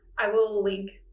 i will link,